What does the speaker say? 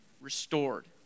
restored